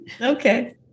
Okay